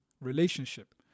relationship